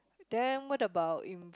then what about in